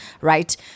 right